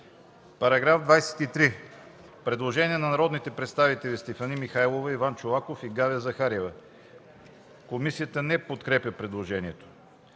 По § 15 има предложение на народните представители Стефани Михайлова, Иван Чолаков и Галя Захариева. Комисията не подкрепя предложението.